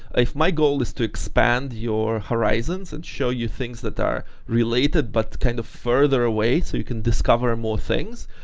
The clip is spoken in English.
if my goal is to expand your horizons and show you things that are related but kind of further away, so you can discover more things,